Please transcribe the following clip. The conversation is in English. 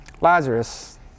Lazarus